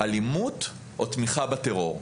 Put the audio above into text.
אלימות או תמיכה בטרור,